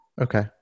Okay